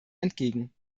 entgegen